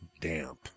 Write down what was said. Damp